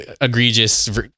egregious